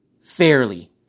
fairly